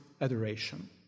adoration